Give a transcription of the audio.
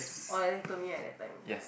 oh you told me like that time